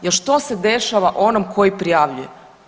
Jel što se dešava onom koji prijavljuje?